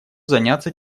заняться